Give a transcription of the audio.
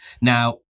Now